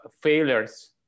failures